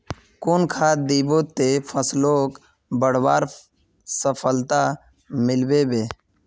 कुन खाद दिबो ते फसलोक बढ़वार सफलता मिलबे बे?